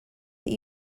that